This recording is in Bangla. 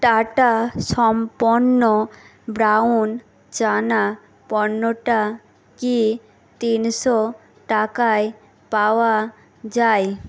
টাটা সম্পন্ন ব্রাউন চানা পণ্যটা কি তিনশো টাকায় পাওয়া যায়